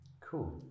cool